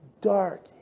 dark